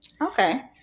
Okay